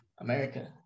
America